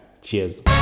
cheers